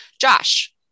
Josh